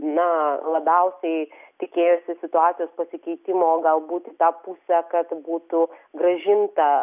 na labiausiai tikėjosi situacijos pasikeitimo galbūt į tą pusę kad būtų grąžinta